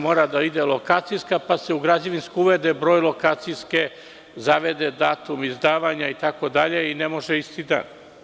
Mora da ide lokacijska, pa se u građevinsku uvede broj lokacijske, zavede se datum izdavanja itd. i ne može isti dan.